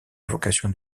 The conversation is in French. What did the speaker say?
vocation